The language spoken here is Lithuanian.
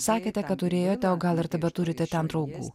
sakėte kad turėjote o gal ir tebeturite ten draugais